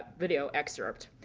video excerpt.